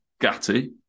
Gatti